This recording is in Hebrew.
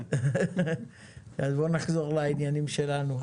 בוא נחזור לעניינים שלנו.